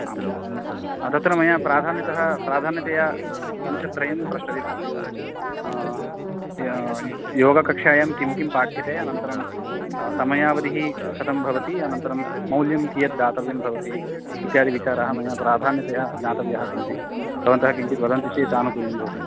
आमां तत्र मया प्राधान्यतः प्राधान्यतया अंशत्रयं पृष्टव्यमस्ति योगकक्ष्यायां किं किं पाठ्यते अनन्तरं समयावधिः कथं भवति अनन्तरं मौल्यं कियत् दातव्यं भवति इत्यादिविचाराः मया प्राधान्यतया ज्ञातव्याः सन्ति भवन्तः किञ्चित् वदन्ति चेत् आनुकूल्यं भवति